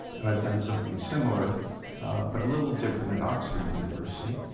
and i've done something similar but a little different at oxford university.